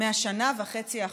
מהשנה וחצי האחרונות,